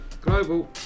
Global